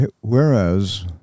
whereas